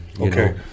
okay